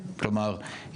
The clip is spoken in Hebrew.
כלומר,